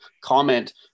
comment